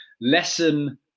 lesson